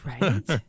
right